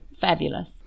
fabulous